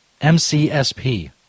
MCSP